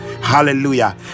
hallelujah